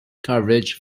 coverage